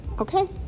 Okay